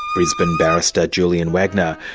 brisbane barrister, julian wagner,